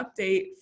update